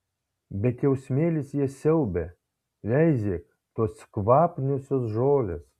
bet jau smėlis jas siaubia veizėk tos kvapniosios žolės